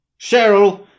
Cheryl